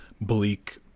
bleak